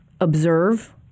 Observe